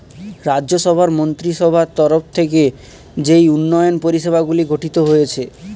রাজ্য সভার মন্ত্রীসভার তরফ থেকে যেই উন্নয়ন পরিষেবাগুলি গঠিত হয়েছে